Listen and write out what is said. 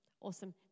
Awesome